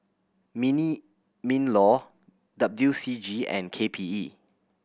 mean MinLaw W C G and K P E